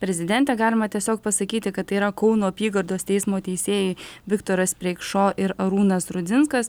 prezidentė galima tiesiog pasakyti kad tai yra kauno apygardos teismo teisėjai viktoras preikšo ir arūnas rudzinskas